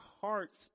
hearts